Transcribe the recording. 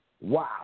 Wow